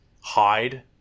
hide